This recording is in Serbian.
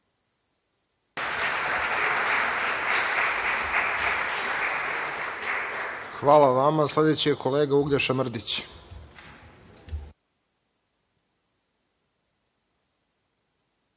Hvala vama. Sledeći je kolega Uglješa Mrdić.